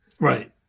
Right